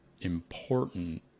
important